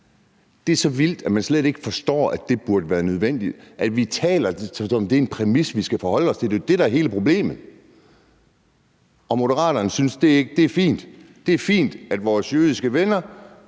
Det er så vildt, at man slet ikke forstår, at det burde være nødvendigt. Det er en præmis, vi skal forholde os til – det er jo det, der er hele problemet. Og Moderaterne synes, at det er fint, at vores jødiske venner